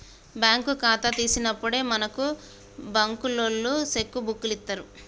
bank ఖాతా తీసినప్పుడే మనకు బంకులోల్లు సెక్కు బుక్కులిత్తరు